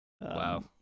wow